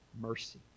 mercy